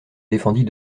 défendit